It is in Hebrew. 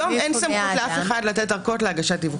היום אין סמכות לאף אחד לתת ארכות להגשת דיווחים.